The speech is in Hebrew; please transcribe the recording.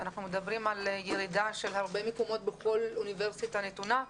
אנחנו מדברים על ירידה של הרבה מקומות בכל אוניברסיטה נתונה.